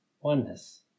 oneness